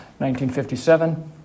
1957